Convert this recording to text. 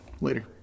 Later